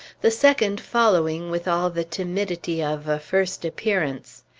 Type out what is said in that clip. the second following with all the timidity of a first appearance.